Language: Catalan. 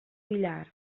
villar